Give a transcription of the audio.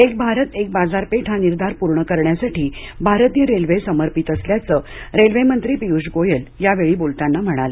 एक भारत एक बाजारपेठ हा निर्धार पूर्ण करण्यासाठी भारतीय रेल्वे समर्पित असल्याचं रेल्वे मंत्री पिय्ष गोयल यावेळी बोलताना म्हणाले